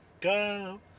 Go